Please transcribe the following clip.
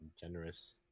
generous